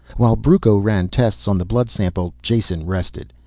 while brucco ran tests on the blood sample, jason rested.